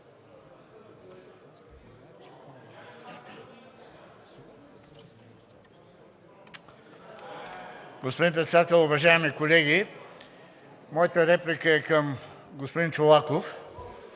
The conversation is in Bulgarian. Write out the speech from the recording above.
Господин Председател, уважаеми колеги! Моята реплика е към господин Чолаков.